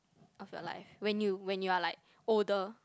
of your life when you when you're like older